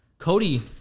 Cody